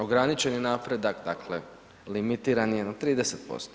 Ograničen je napredak dakle limitiran je na 30%